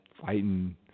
fighting